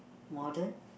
modern